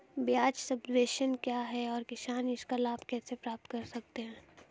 ब्याज सबवेंशन क्या है और किसान इसका लाभ कैसे प्राप्त कर सकता है?